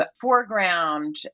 foreground